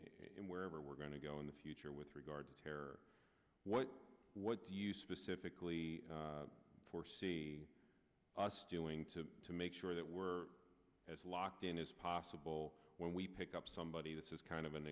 and wherever we're going to go in the future with regard to terror what what do you specifically for see us doing to to make sure that we're as locked in as possible when we pick up somebody this is kind of an